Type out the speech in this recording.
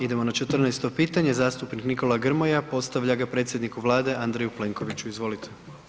Idemo na 14 pitanje, zastupnik Nikola Grmoja postavlja ga predsjedniku Vlade Andreju Plenkoviću, izvolite.